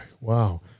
Wow